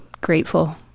Grateful